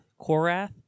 Korath